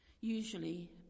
usually